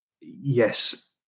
yes